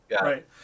right